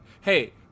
hey